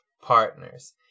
partners